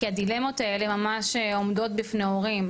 כי הדילמות האלה ממש עומדות בפני הורים,